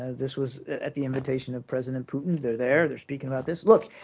this was at the invitation of president putin they're there, they're speaking about this. look,